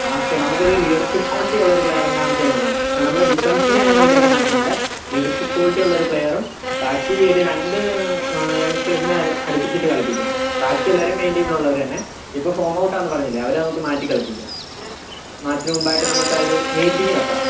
okay നമുക്കൊരു leadership ക്വോളിറ്റിയുള്ള ഒരു പ്ലേയർ എന്നാണെന്നുവെച്ചാലും വേണം നമ്മുടെ ഡിഫൻസിനെ അങ്ങനെ വലുതായിട്ട് മാറ്റുന്നില്ല ലീഡർഷിപ്പ് ക്വോളിറ്റിയുള്ളൊരു പ്ലെയറും ബാക്കിയൊരു രണ്ട് യങ്സ്റ്റേഴ്സിനെ അടുപ്പിച്ചിട്ട് കളിപ്പിക്കാം ബാക്കിയെല്ലാവരും മെയിൻ ടീമിലുള്ളവർ തന്നെ ഇപ്പോൾ ഫോം ഔട്ട് ആണെന്നുപറഞ്ഞില്ലേ അവരെ നമുക്ക് മാറ്റിക്കളിപ്പിക്കാം മാച്ചിന് മുൻപായിട്ട് നമുക്ക് അതൊരു മീറ്റിങ് വെക്കാം